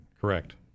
Correct